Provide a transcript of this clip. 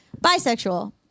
bisexual